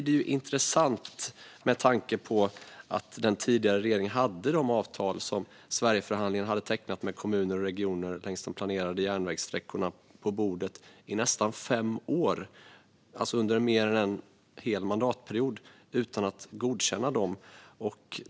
Det är intressant att den tidigare regeringen hade de avtal Sverigeförhandlingen hade tecknat med kommuner och regioner längs de planerade sträckorna på bordet i nästan i fem år, alltså under mer än en mandatperiod, utan att godkänna dem.